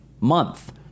month